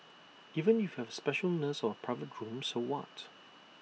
even if you have A special nurse or A private room so what